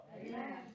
Amen